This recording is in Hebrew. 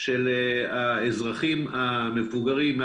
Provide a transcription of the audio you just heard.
של האזרחים המבוגרים,